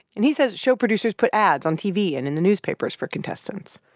and he says show producers put ads on tv and in the newspapers for contestants.